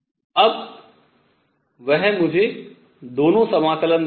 और वह मुझे दोनों समाकलन देगा